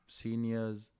seniors